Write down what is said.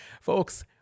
Folks